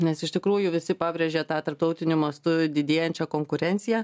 nes iš tikrųjų visi pabrėžė tą tarptautiniu mastu didėjančią konkurenciją